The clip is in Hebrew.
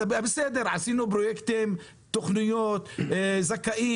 בסדר, עשינו פרויקטים, תוכניות, זכאים.